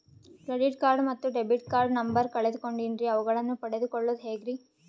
Credit card ಮತ್ತು debit card number ಕಳೆದುಕೊಂಡಿನ್ರಿ ಅವುಗಳನ್ನ ಪಡೆದು ಕೊಳ್ಳೋದು ಹೇಗ್ರಿ?